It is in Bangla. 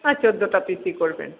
হ্যাঁ চোদ্দোটা পিসই করবেন